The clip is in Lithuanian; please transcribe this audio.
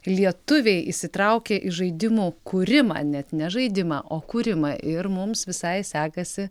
lietuviai įsitraukė į žaidimų kūrimą net ne žaidimą o kūrimą ir mums visai sekasi